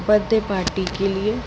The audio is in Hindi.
बर्थड़े पार्टी के लिए